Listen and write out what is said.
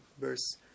verse